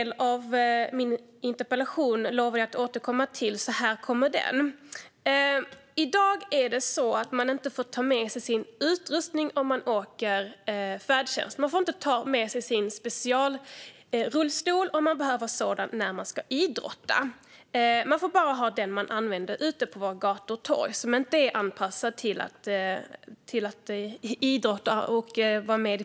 Låt mig ta upp den andra delen av min interpellation. I dag får man inte ta med sig sin utrustning om man åker färdtjänst. Man får inte ta med sig sin specialrullstol om man behöver en sådan när man ska idrotta. Man får bara ha med sig den man använder ute på gator och torg, och den är inte anpassad till idrott och parasport.